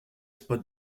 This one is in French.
spot